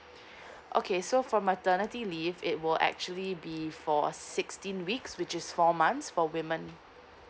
okay so for maternity leave it will actually be for sixteen weeks which is four months for women